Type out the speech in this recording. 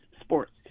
sports